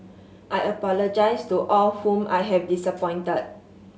I apologise to all whom I have disappointed